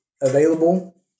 available